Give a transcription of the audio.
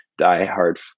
diehard